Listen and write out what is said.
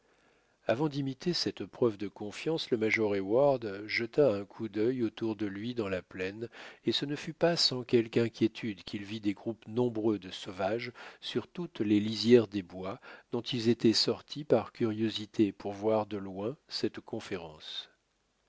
avant d'imiter cette preuve de confiance le major heyward jeta un coup d'œil autour de lui dans la plaine et ce ne fut pas sans quelque inquiétude qu'il vit des groupes nombreux de sauvages sur toutes les lisières des bois dont ils étaient sortis par curiosité pour voir de loin cette conférence